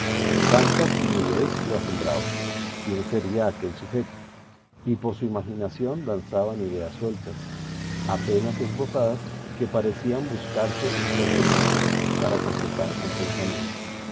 tanta timidez le asombraba quién sería aquel sujeto y por su imaginación danzaban ideas sueltas apenas esbozadas que parecían buscarse y perseguirse para completar un pensamiento